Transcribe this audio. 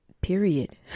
period